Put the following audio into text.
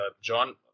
John